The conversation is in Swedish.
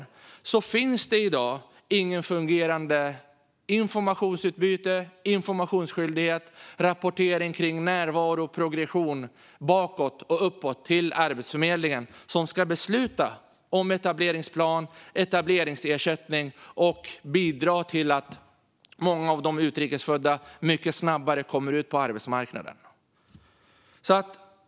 I dag finns det inget fungerande informationsutbyte, ingen informationsskyldighet och ingen rapportering kring närvaro eller progression bakåt och uppåt till Arbetsförmedlingen, som ska besluta om etableringsplan och etableringsersättning och bidra till att många av de utrikes födda mycket snabbare kommer ut på arbetsmarknaden.